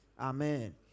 Amen